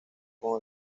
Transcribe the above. con